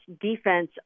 defense